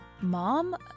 Mom